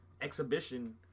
exhibition